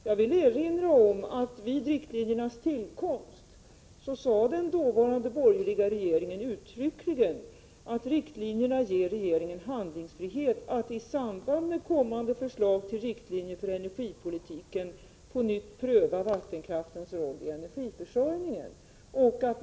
Jag vill erinra om att den dåvarande borgerliga regeringen vid riktlinjernas tillkomst uttryckligen sade att riktlinjerna ger regeringen handlingsfrihet att i samband med kommande förslag till riktlin jer för energipolitiken på nytt pröva vattenkraftens roll i energiförsörj 99 ningen.